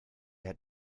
had